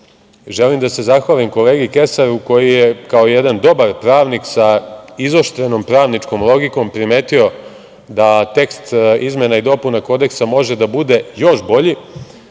dobri. Želim da se zahvalim kolegi Kesaru, koji je kao jedan dobar pravnik, sa izoštrenom pravničkom logikom, primetio da tekst izmena i dopuna Kodeksa može da bude još bolji.